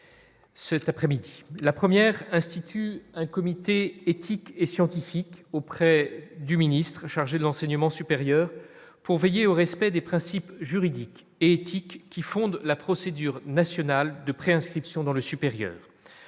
cet après-midi, la première institut un comité éthique et scientifique auprès du ministre chargé de l'enseignement supérieur pour veiller au respect des principes juridiques et éthiques qui fondent la procédure nationale de pré-inscription dans le supérieur,